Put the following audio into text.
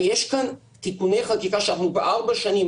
יש כאן תיקוני חקיקה שאנחנו כבר ארבע שנים,